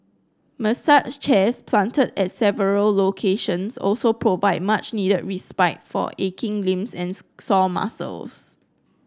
massage chairs planted at several locations also provide much needed respite for aching limbs and sore muscles